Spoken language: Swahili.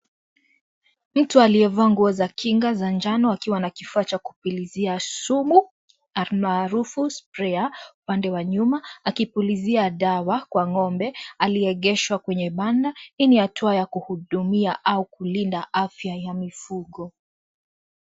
Mtu aliyevaa nguo za kinga za njano na kifaa cha kupulizia shume maarufu sprayer ,upande wa juu akipulizia dawa kwa ngombe aliyeegheshwa kwenye banda hili ahudumie au kulinda afya ya mifugo.